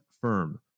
firm